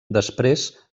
després